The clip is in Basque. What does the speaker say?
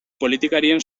politikarien